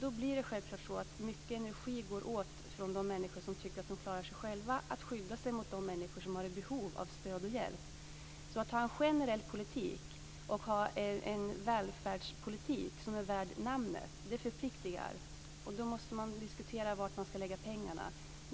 Då är det självklart att det går mycket energi från de människor som tycker att de klarar sig själva för att skydda sig mot de människor som har behov av stöd och hjälp. Att ha en generell politik och att ha en välfärdspolitik som är värd namnet förpliktigar. Då måste man diskutera var man ska lägga pengarna.